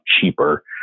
cheaper